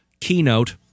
keynote